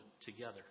together